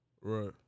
right